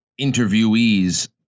interviewees